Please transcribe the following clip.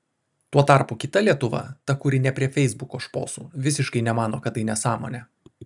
tuo tarpu kita lietuva ta kuri ne prie feisbuko šposų visiškai nemano kad tai nesąmonė